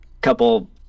couple